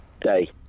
Day